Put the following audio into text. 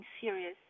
serious